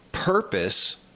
purpose